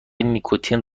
نیکوتین